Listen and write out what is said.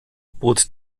bot